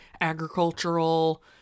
agricultural